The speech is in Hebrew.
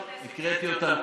מנצל את הכוח הפריטטי שלו,